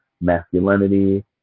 masculinity